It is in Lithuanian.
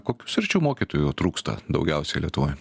kokių sričių mokytojų trūksta daugiausiai lietuvoj